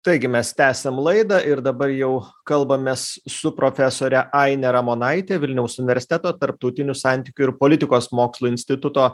taigi mes tęsiam laidą ir dabar jau kalbamės su profesore aine ramonaite vilniaus universiteto tarptautinių santykių ir politikos mokslų instituto